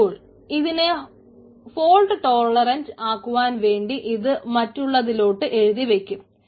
അപ്പോൾ ഇതിനെ fault tolerant ആക്കുവാൻ വേണ്ടി ഇത് മറ്റുള്ളതിലോട്ട് എഴുതിവയ്ക്കും